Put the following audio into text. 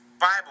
Bible